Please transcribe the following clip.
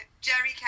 Jerry